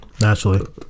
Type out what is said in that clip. Naturally